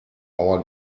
our